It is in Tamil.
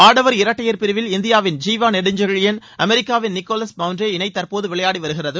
ஆடவர் இரட்டையர் பிரிவில் இந்தியாவின் ஜீவன் நெடுஞ்செழியன் அமெரிக்காவின் நிக்கோலஸ் மவுன்றே இணை தற்போது விளையாடி வருகிறது